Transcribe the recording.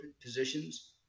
positions